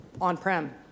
on-prem